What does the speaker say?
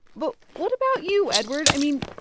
but what about you, eduard? i mean,